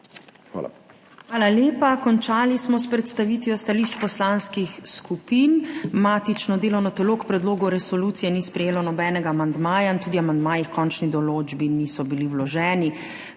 Hvala lepa. Končali smo s predstavitvijo stališč poslanskih skupin. Matično delovno telo k predlogu resolucije ni sprejelo nobenega amandmaja in tudi amandmaji h končni določbi niso bili vloženi.